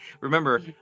remember